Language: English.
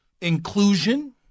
inclusion